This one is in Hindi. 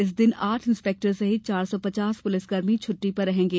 इस दिन आठ इंस्पेक्टर सहित चार सौ पचास पुलिसकर्मी छुट्टी पर रहेंगे